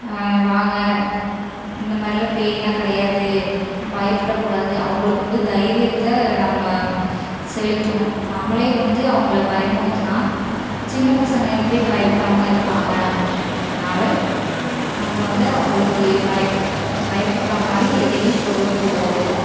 வாங்க இந்த மாதிரிலாம் பேய்லாம் கிடையாது பயப்படக்கூடாது அவங்களுக்கு வந்து தைரியத்தை நம்ம செலுத்தணும் நம்மளே வந்து அவங்கள பயமுறுத்துனா சின்ன பசங்க எப்படி பயப்படாமல் இருப்பாங்க அன்னால நம்ப வந்து அவங்களுக்கு பயப் பயப்படுற மாதிரி எதையும் சொல்லக்கூடாது